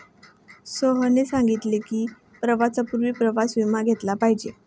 सोहेलने सांगितले की, प्रवासापूर्वी प्रवास विमा घेतला पाहिजे